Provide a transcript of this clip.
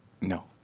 No